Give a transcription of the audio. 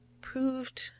proved